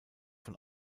von